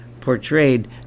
portrayed